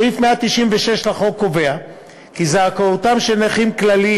סעיף 196 לחוק קובע כי זכאותם של נכים כלליים